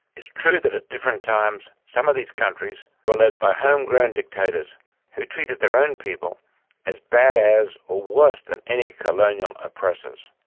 it's true that at different times some of these countries were led by home-grown dictators who treated their own people as bad as or ah worse than any colonial oppressors.